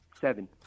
Seven